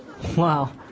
Wow